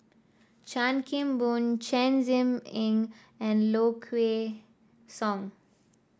Chan Kim Boon Chen Zhiming and Low Kway Song